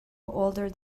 older